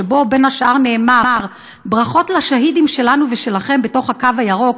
שבו בין השאר נאמר: ברכות לשהידים שלנו ושלכם בתוך הקו הירוק,